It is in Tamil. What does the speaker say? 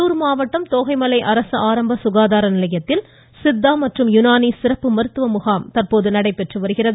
கரூர் மாவட்டம் தோகைமலை அரசு ஆரம்ப சுகாதார நிலையத்தில் சித்தா மற்றும் யுனானி சிறப்பு மருத்துவ முகாம் இன்று நடைபெறுகிறது